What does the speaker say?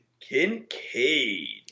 Kincaid